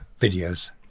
videos